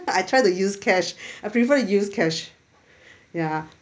I try to use cash I prefer use cash ya